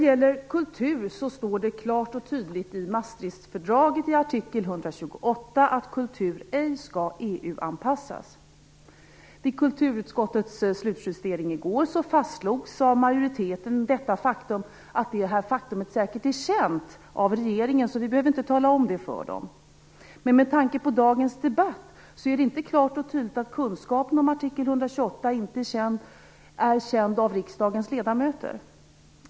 Det står klart och tydligt i Maastrichtfördragets artikel 128 att kultur ej skall EU-anpassas. Vid kulturutskottets slutjustering i går fastslogs av majoriteten att detta faktum säkert är känt av regeringen och att man inte behöver tala om det för den. Men med tanke på dagens debatt är det inte klart och tydligt att kunskapen om artikel 128 är känd av riksdagens ledamöter.